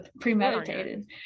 premeditated